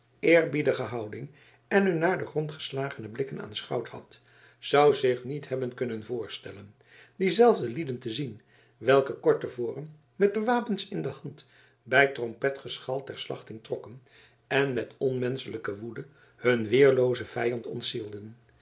eerbiedige houding en hun naar den grond geslagene blikken aanschouwd had zou zich niet hebben kunnen voorstellen die zelfde lieden te zien welke kort te voren met de wapens in de hand bij trompetgeschal ter slachting trokken en met onmenschelijke woede hun weerloozan vijand